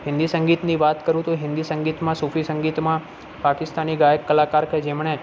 હિન્દી સંગીતની વાત કરું તો હિન્દી સંગીતમાં સૂફી સંગીતમાં પાકિસ્તાની ગાયક કલાકાર કે જેમણે